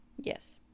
Yes